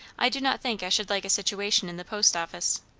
i do not think i should like a situation in the post office.